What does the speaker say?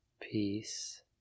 peace